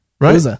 Right